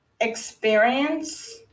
experience